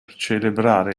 celebrare